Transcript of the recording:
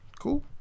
Cool